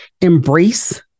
Embrace